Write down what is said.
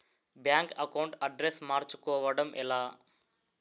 Bank account address మార్చుకోవడం ఎలా?